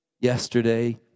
Yesterday